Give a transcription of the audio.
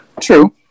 true